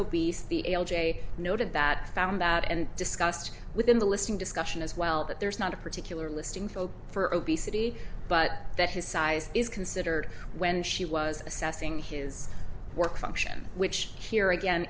obese the a l j noted that found that and discussed within the listening discussion as well that there is not a particular listing folks for obesity but that his size is considered when she was assessing his work function which here again